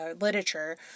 literature